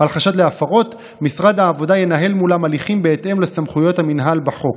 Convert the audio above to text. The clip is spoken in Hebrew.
משרד העבודה ינהל מולם הליכים בהתאם לסמכויות המינהל בחוק.